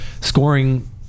scoring